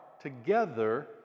together